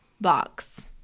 box